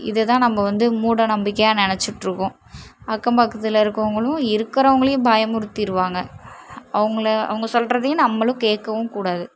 இதை தான் நம்ப வந்து மூடநம்பிக்கையாக நினச்சிட்ருக்கோம் அக்கம் பக்கத்தில் இருக்கவங்களும் இருக்கிறவுங்களையும் பயமுறுத்திருவங்க அவங்கள அவங்க சொல்றதையும் நம்மளும் கேட்கவும் கூடாது